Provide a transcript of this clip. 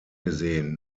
gesehen